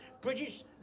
british